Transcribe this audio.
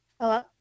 Hello